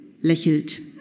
lächelt